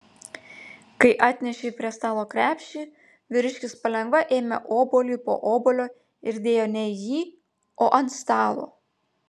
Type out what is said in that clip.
kai atnešei prie stalo krepšį vyriškis palengva ėmė obuolį po obuolio ir dėjo ne į jį o ant stalo